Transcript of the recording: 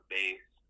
base